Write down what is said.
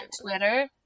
Twitter